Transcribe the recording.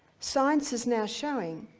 science is now showing